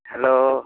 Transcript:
hello